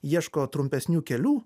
ieško trumpesnių kelių